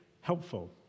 helpful